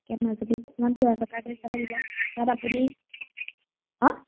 মাজুলীত অকমান ফুৰা চকা কৰিব লাগিব তাত আপুনি হাঁ